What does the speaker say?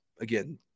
again